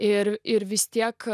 ir ir vis tiek